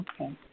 Okay